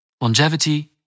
longevity